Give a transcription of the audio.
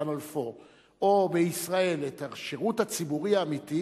4 או בישראל את השירות הציבורי האמיתי,